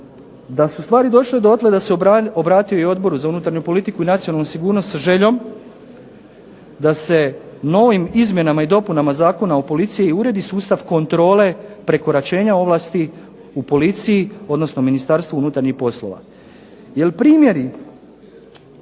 da su stvari došle dotle da se obratio Odboru za nacionalnu politiku i unutarnju sigurnost sa željom da se novim izmjenama i dopunama Zakona o policiji uredi sustav kontrole prekoračenja ovlasti u policiji, odnosno u Ministarstvu unutarnjih poslova.